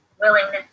Willingness